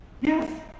Yes